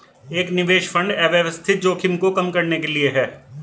एक निवेश फंड अव्यवस्थित जोखिम को कम करने के लिए है